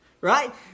right